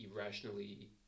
irrationally